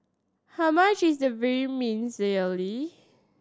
how much is the Vermicelli